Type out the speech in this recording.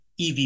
EV